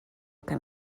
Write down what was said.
can